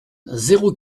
zéro